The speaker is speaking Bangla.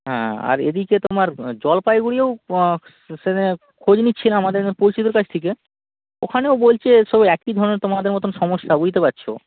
হ্যাঁ আর এদিকে তোমার জলপাইগুড়িয়েও সেদিনে খোঁজ নিচ্ছিলাম আমাদের কৌশিকের কাছ থেকে ওখানেও বলছে সব একই ধরনের তোমাদের মতন সমস্যা বুঝতে পারছ